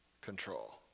control